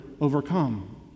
overcome